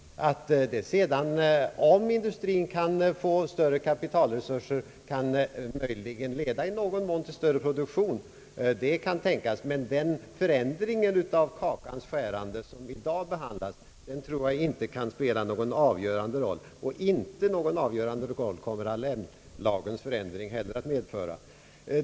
Att det sedan, om industrien kan få större kapitalresurser, möjligen i någon mån kan leda till större produktion, det kan tänkas. Förändringen av kakans skärande, som i dag behandlas, tror jag dock inte kan spela någon avgörande roll, och inte heller kommer Annell-lagens förändring att spela någon avgörande roll.